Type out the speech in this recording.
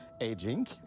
aging